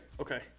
okay